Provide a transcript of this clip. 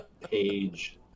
Page